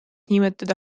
nimetada